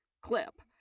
clip